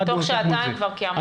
תוך שעתיים כבר קיימנו דיון.